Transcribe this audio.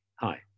hi